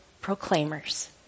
proclaimers